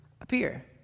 appear